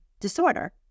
disorder